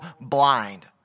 blind